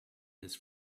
his